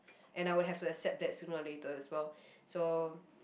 and I would have to accept that sooner or later as well so